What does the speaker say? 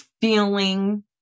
feeling